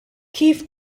kif